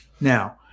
Now